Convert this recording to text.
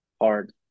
hard